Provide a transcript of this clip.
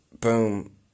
boom